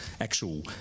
Actual